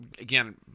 again